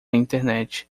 internet